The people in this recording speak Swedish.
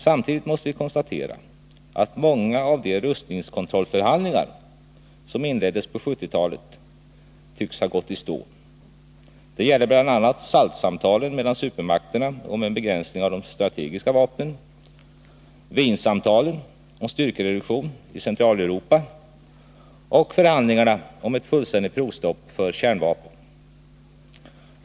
Samtidigt måste vi konstatera att många av de rustningskontrollförhandlingar som inleddes på 1970-talet tycks ha gått i stå. Bl. a. gäller detta SALT-samtalen mellan supermakterna om en begränsning av de strategiska vapnen, liksom även Wiensamtalen om styrkereduktion i Centraleuropa och förhandlingarna om ett fullständigt provstopp för kärnvapen.